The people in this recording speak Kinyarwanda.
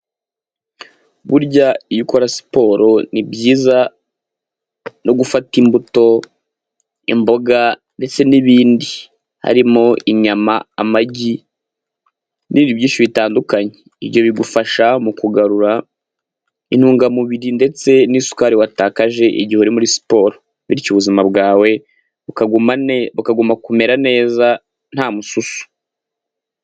Burya iyo ukora siporo ni byiza no gufata imbuto, imboga ndetse n'ibindi harimo inyama, amagi n'ibi byinshishyu bitandukanye. Ibyo bigufasha mu kugarura intungamubiri ndetse n'isukari watakaje igihe uri muri siporo. Bityo ubuzima bwawe bukagumane ukagomba kumera neza nta mususu.